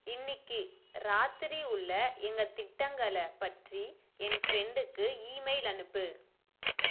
இன்னைக்கு ராத்திரி உள்ள எங்கள் திட்டங்களை பற்றி என் ஃப்ரெண்டுக்கு இமெயில் அனுப்பு